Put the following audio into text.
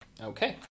Okay